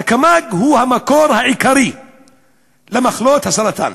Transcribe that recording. הקמ"ג הוא המקור העיקרי למחלות הסרטן.